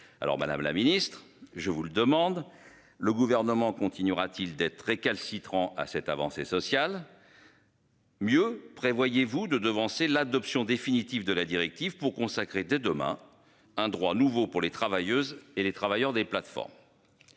Madame la Ministre je vous le demande le gouvernement continuera-t-il d'être récalcitrants à cette avancée sociale. Mieux, prévoyez-vous de devancer l'adoption définitive de la directive pour consacrer dès demain un droit nouveau pour les travailleuses et les travailleurs des plateformes.